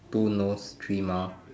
two nose three mouth